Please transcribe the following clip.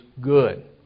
good